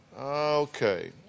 Okay